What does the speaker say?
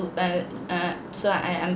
err err so I am